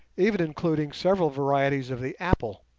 even including several varieties of the apple,